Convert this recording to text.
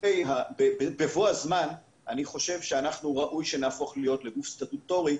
בבוא הזמן ראוי שנהפוך להיות לגוף סטטוטורי,